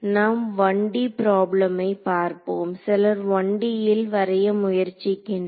நாம் 1D ப்ராப்ளமை பார்ப்போம் சிலர் 1D ல் வரைய முயற்சிக்கின்றனர்